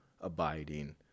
abiding